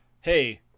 hey